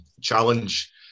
challenge